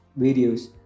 videos